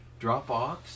Dropbox